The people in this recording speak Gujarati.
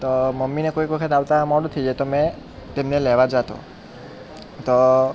તો મમ્મીને કોઈક વખત આવતાં મોડું થઈ જાય તો મેં તેમને લેવા જતો તો